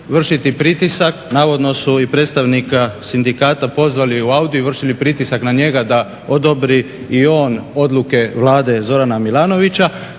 vršiti pritisak. Navodno su i predstavnika sindikata pozvali u Audi i vršili pritisak na njega da odobri i on odluke Vlade Zorana Milanovića